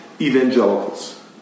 evangelicals